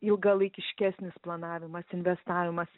ilgalaikiškesnis planavimas investavimas